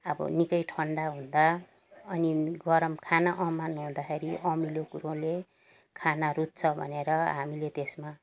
अब निकै ठन्डा हुँदा अनि गरम खाना अमन हुँदाखेरि अमिलो कुरोले खाना रुच्छ भनेर हामीले त्यसमा